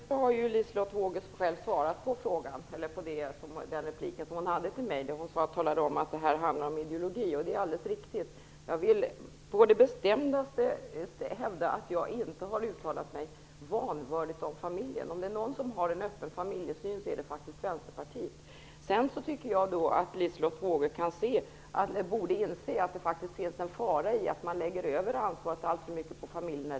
Fru talman! Egentligen har ju Liselotte Wågö själv svarat på det hon tog upp i sin replik till mig. Det gjorde hon när hon talade om att det här handlar om ideologi. Det är alldeles riktigt. Jag vill på det bestämdaste hävda att jag inte har uttalat mig vanvördigt om familjen. Om det är någon som har en öppen familjesyn är det faktiskt Vänsterpartiet. Jag tycker att Liselotte Wågö borde inse att det faktiskt ligger en fara i att man lägger över ansvaret alltför mycket på familjen.